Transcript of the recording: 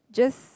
just